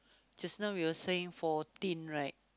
just now we were saying fourteen right